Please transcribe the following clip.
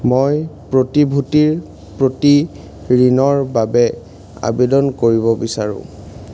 মই প্ৰতিভূতিৰ প্ৰতি ঋণৰ বাবে আবেদন কৰিব বিচাৰোঁ